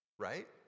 Right